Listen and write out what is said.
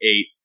eight